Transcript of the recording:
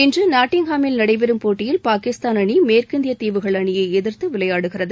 இன்று நாட்டிங்ஹாமில் நடைபெறும் போட்டியில் பாகிஸ்தான் அணி மேற்கிந்திய தீவுகள் அணியை எதிர்த்து விளையாடுகிறது